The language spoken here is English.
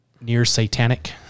near-satanic